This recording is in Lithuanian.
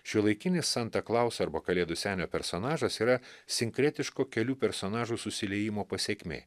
šiuolaikinį santą klausą arba kalėdų senio personažas yra sinkretiško kelių personažų susiliejimo pasekmė